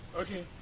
Okay